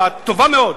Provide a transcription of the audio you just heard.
הטובה מאוד,